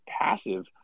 passive